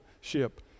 ship